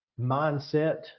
mindset